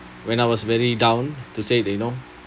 when I was very down to say they know